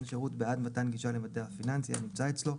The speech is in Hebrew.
שירות בעד מתן גישה למידע פיננסי הנמצא אצלו,